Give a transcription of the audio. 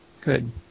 Good